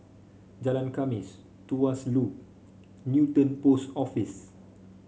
Jalan Khamis Tuas Loop Newton Post Office